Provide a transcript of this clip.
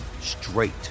straight